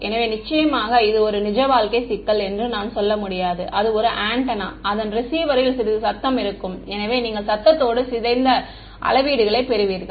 எனவே நிச்சயமாக இது ஒரு நிஜ வாழ்க்கை சிக்கல் என்று நான் சொல்ல முடியாது இது ஒரு ஆண்டெனா அதன் ரிசீவரில் சிறிது சத்தம் இருக்கும் எனவே நீங்கள் சத்தத்தோடு சிதைந்த அளவீடுகளை பெறுவீர்கள்